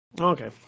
Okay